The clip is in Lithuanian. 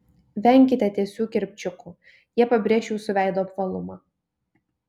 venkite tiesių kirpčiukų jie pabrėš jūsų veido apvalumą